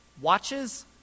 watches